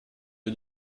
les